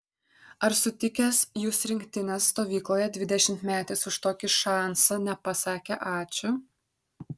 ar sutikęs jus rinktinės stovykloje dvidešimtmetis už tokį šansą nepasakė ačiū